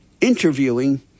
interviewing